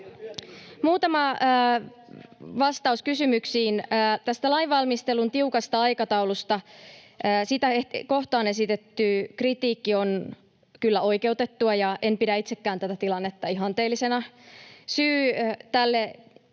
Muutama vastaus kysymyksiin. Tästä lainvalmistelun tiukasta aikataulusta: Sitä kohtaan esitetty kritiikki on kyllä oikeutettua, ja en itsekään pidä tätä tilannetta ihanteellisena. Syy tälle